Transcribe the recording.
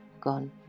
gone